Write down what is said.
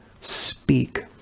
speak